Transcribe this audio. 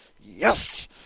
yes